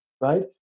right